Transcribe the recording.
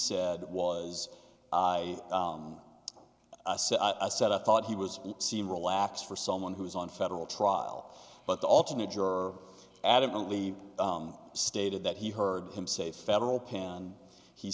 said was i said i said i thought he was it seemed relaxed for someone who was on federal trial but the alternate juror adamantly stated that he heard him say federal pen